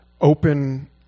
open